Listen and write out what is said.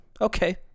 okay